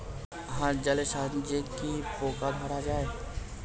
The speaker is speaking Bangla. হাত জলের সাহায্যে কি পোকা ধরা যায়?